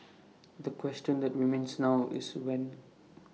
the question that remains now is when